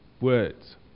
words